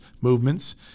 movements